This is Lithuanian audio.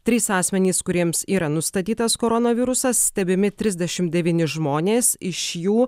trys asmenys kuriems yra nustatytas koronavirusas stebimi trisdešim devyni žmonės iš jų